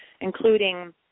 including